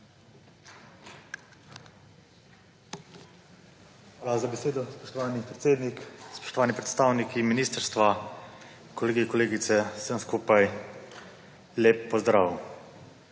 Hvala za besedo, spoštovani predsednik. Spoštovani predstavniki ministrstva, kolegi, kolegice, vsem skupaj lep pozdrav.